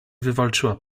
wywalczyła